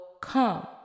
come